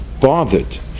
bothered